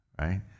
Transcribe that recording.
right